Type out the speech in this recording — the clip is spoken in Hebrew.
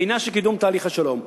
בעניין של קידום תהליך השלום,